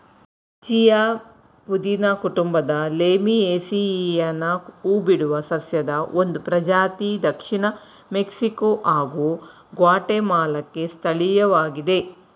chia ಪುದೀನ ಕುಟುಂಬದ ಲೇಮಿಯೇಸಿಯಿಯನ ಹೂಬಿಡುವ ಸಸ್ಯದ ಒಂದು ಪ್ರಜಾತಿ ದಕ್ಷಿಣ ಮೆಕ್ಸಿಕೊ ಹಾಗೂ ಗ್ವಾಟೆಮಾಲಾಕ್ಕೆ ಸ್ಥಳೀಯವಾಗಿದೆ